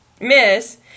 miss